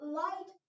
light